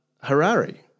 Harari